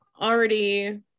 already-